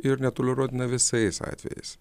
ir netoleruotina visais atvejais